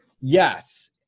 yes